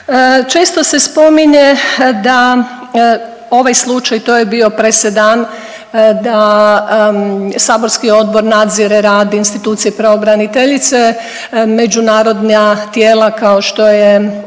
Često se spominje da ovaj slučaj to je bio presedan da saborski odbor nadzire rad institucije pravobraniteljice, međunarodna tijela kao što je